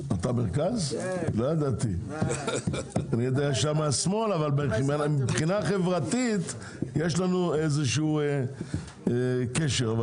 יכול להיות שמבחינה חברתית יש לנו איזשהו קשר,